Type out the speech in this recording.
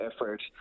effort